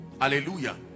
Hallelujah